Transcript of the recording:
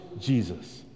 Jesus